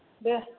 दे